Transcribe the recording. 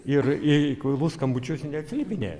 ir į kvailus skambučius neatsiliepinėja